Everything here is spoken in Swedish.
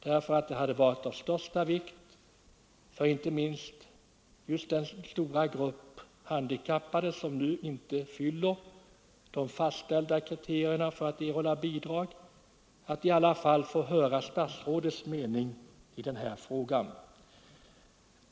Det hade nämligen varit av största vikt — inte minst just för den stora grupp handikappade som nu inte uppfyller de fastställda kriterierna för att erhålla bidrag — att ändå få höra statsrådets mening i den här frågan.